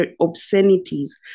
obscenities